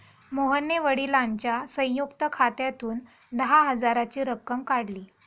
मोहनने वडिलांच्या संयुक्त खात्यातून दहा हजाराची रक्कम काढली